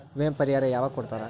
ವಿಮೆ ಪರಿಹಾರ ಯಾವಾಗ್ ಕೊಡ್ತಾರ?